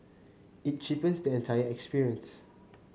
it cheapens the entire experience